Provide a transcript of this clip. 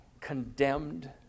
condemned